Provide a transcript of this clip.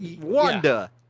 Wanda